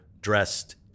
dressed